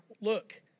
Look